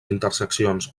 interseccions